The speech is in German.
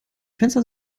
fenster